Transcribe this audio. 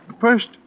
First